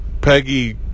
Peggy